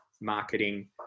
marketing